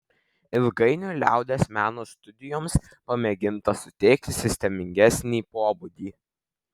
ilgainiui liaudies meno studijoms pamėginta suteikti sistemingesnį pobūdį